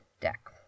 deck